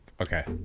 Okay